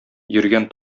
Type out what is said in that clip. йөргән